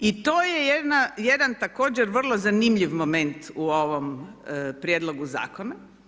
I to je jedan također vrlo zanimljiv moment u ovom prijedlogu zakona.